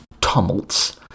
tumults